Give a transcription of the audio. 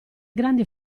grandi